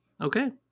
Okay